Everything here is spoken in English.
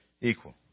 equal